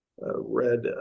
read